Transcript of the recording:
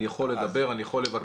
אני יכול לדבר, אני יכול לבקש.